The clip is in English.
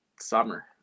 summer